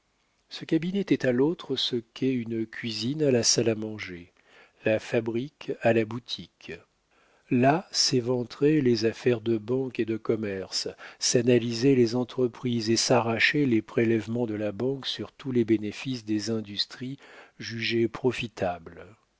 ce cabinet était à l'autre ce qu'est une cuisine à la salle à manger la fabrique à la boutique là s'éventraient les affaires de banque et de commerce s'analysaient les entreprises et s'arrachaient les prélèvements de la banque sur tous les bénéfices des industries jugées profitables